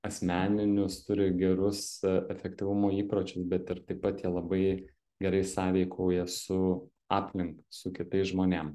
asmeninius turi gerus efektyvumo įpročius bet ir taip pat jie labai gerai sąveikauja su aplinka su kitais žmonėm